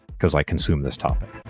because i consume this topic.